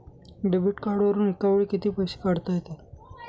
Debit कार्डवरुन एका वेळी किती पैसे काढता येतात?